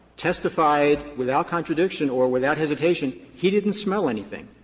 testified without contradiction or without hesitation he didn't smell anything.